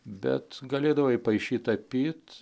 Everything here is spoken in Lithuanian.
bet galėdavai paišyt tapyt